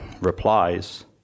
replies